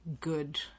good